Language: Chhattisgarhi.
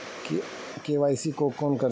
के.वाई.सी कोन करथे?